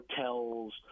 hotels